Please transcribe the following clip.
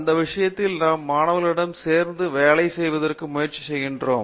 அந்த விஷயத்தில் நாம் மாணவர்களுடன் சேர்ந்து வேலை செய்வதற்கு முயற்சி செய்கிறோம்